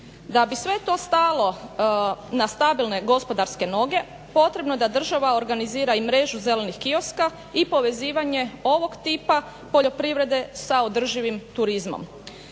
Da bi sve to stalo na stabilne gospodarske noge potrebno je da država organizira i mrežu zelenih kioska i povezivanje ovog tipa poljoprivrede sa održivim turizmom.